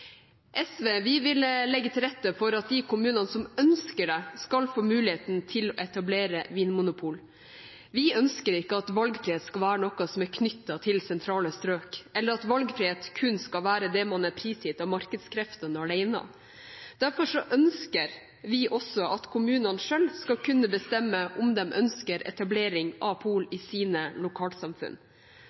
SV vil legge til rette for at de kommunene som ønsker det, skal få muligheten til å etablere vinmonopol. Vi ønsker ikke at valgfrihet skal være noe som er knyttet til sentrale strøk, eller at valgfrihet kun skal være prisgitt markedskreftene alene. Derfor ønsker vi også at kommunene selv skal kunne bestemme om de ønsker etablering av pol i sine lokalsamfunn.